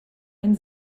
ein